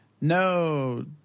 No